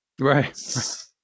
right